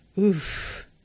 Oof